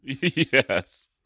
Yes